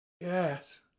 Yes